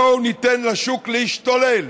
בואו ניתן לשוק להשתולל.